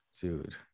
dude